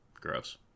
Gross